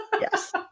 yes